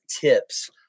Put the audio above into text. tips